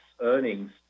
earnings